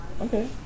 Okay